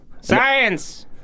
Science